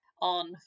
on